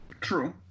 true